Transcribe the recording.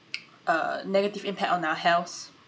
(pop) uh negative impact on our health